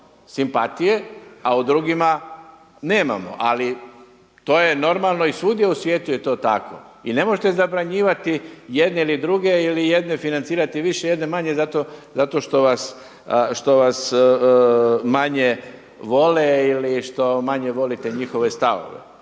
simpatije a u drugima nemamo ali to je normalno i svugdje u svijetu je to tako i ne možete zabranjivati jedne ili druge ili jedne financirati više, jedne manje zato što vas, što vas manje vole ili što manje volite njihove stavove.